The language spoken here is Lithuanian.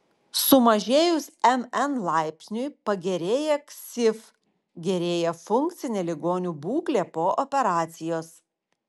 sumažėjus mn laipsniui pagerėja ksif gerėja funkcinė ligonių būklė po operacijos